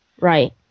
Right